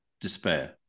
despair